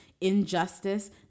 injustice